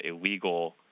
illegal